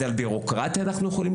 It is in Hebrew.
אז אנחנו יכולים לפעול על בירוקרטיה?